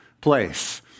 Place